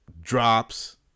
Drops